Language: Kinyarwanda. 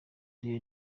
reba